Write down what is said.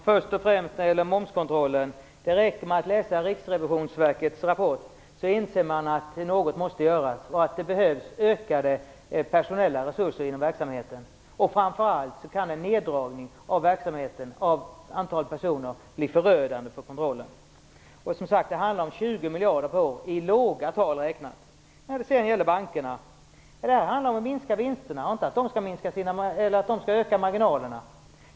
Fru talman! Först till momskontrollen. Det räcker att läsa Riksrevisionsverkets rapport för att inse att något måste göras och att det behövs ökade personella resurser inom verksamheten. Framför allt kan en neddragning av antalet personer i verksamheten bli förödande för kontrollen. Det handlar som sagt om 20 miljarder per år i låga tal räknat. När det gäller bankerna är avsikten att de skall minska vinsterna, inte att de skall öka marginalerna.